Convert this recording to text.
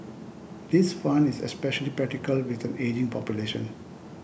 this fund is especially practical with an ageing population